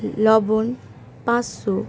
লবণ পাঁচশো